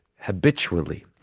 habitually